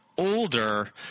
Older